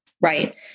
Right